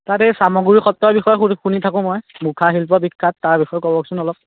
তাত সেই চামগুৰি সত্ৰৰ বিষয়ে শুনি শুনি থাকোঁ মই মুখা শিল্পৰ বিখ্যাত তাৰ বিষয়ে ক'বচোন অলপ